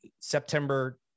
September